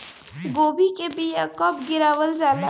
गोभी के बीया कब गिरावल जाला?